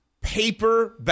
paper